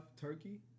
turkey